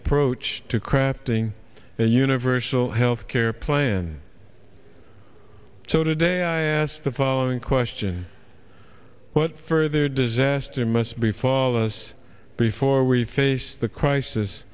approach to crafting a universal healthcare plan so today i asked the following question what further disaster must be followed us before we face the crisis